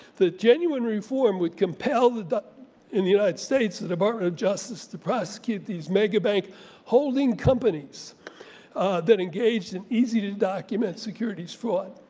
the genuine reform would compel that in the united states the department justice to prosecute these mega bank holding companies that engaged in easy to document securities fraud.